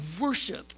worship